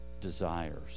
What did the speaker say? Desires